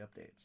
updates